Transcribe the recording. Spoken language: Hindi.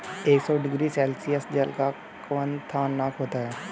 एक सौ डिग्री सेल्सियस जल का क्वथनांक होता है